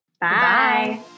Bye